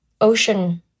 ocean